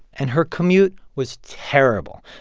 and her commute was terrible.